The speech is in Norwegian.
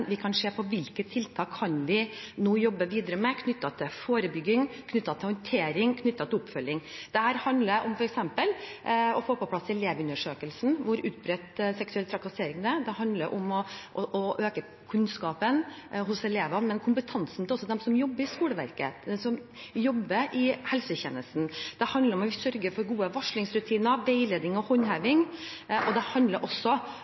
sammen kan se på hvilke tiltak vi nå kan jobbe videre med knyttet til forebygging, håndtering og oppfølging. Det handler om f.eks. å få på plass i Elevundersøkelsen spørsmål om hvor utbredt seksuell trakassering er. Det handler om å øke kunnskapen hos elevene, men også om kompetansen hos dem som jobber i skoleverket og helsetjenesten. Det handler om å sørge for gode varslingsrutiner, veiledning og håndheving, og det handler